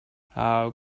how